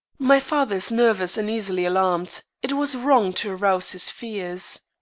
my father is nervous and easily alarmed. it was wrong to arouse his fears.